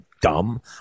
dumb